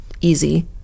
easy